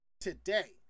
today